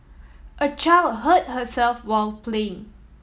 a child hurt herself while playing